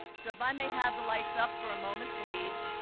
so if i may have the lights up for a moment, please,